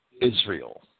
Israel